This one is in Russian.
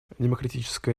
демократическая